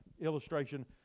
illustration